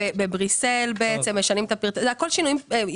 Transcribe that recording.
את ישיבת ועדת הכספים.